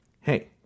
Hey